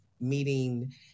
meeting